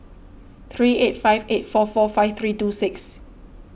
three eight five eight four four five three two six